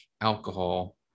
alcohol